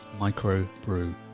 MicroBrew